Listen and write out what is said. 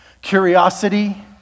Curiosity